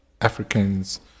Africans